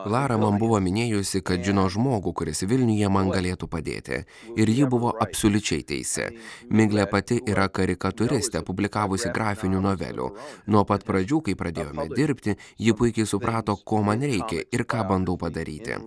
lara man buvo minėjusi kad žino žmogų kuris vilniuje man galėtų padėti ir ji buvo absoliučiai teisi miglė pati yra karikatūristė publikavusi grafinių novelių nuo pat pradžių kai pradėjome dirbti ji puikiai suprato ko man reikia ir ką bandau padaryti